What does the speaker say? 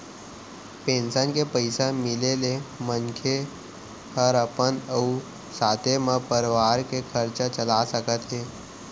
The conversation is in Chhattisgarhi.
पेंसन के पइसा मिले ले मनखे हर अपन अउ साथे म परवार के खरचा चला सकत हे